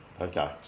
Okay